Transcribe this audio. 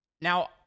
Now